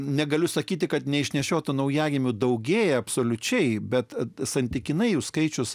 negaliu sakyti kad neišnešiotų naujagimių daugėja absoliučiai bet santykinai jų skaičius